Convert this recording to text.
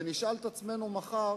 ונשאל את עצמנו מחר,